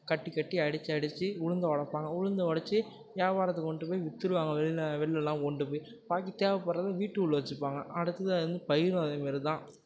கட்டிக் கட்டி அடிச்சு அடிச்சு உளுந்தை உடப்பாங்க உளுந்தை உடச்சி வியாபாரத்துக்கு கொண்டு போய் விற்றுடுவாங்க வெளியில் வெளியிலெலாம் கொண்டு போய் பாக்கித் தேவப்படுறத வீட்டு உள்ளே வச்சுப்பாங்க அடுத்தது வந்து பயறும் அதே மாதிரிதான்